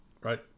Right